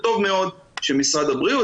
טוב מאוד שמשרד הבריאות,